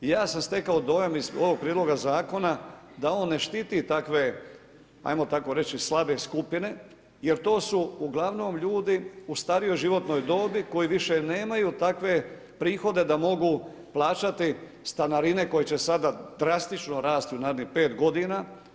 Ja sam stekao dojam iz ovog prijedloga zakona da on ne štiti takve, ajmo tako reći slabe skupine jer to su uglavnom ljudi u starijoj životnoj dobi koji više nemaju takve prihode da mogu plaćati stanarine koje će sada drastično rasti u narednih pet godina.